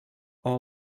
all